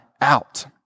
out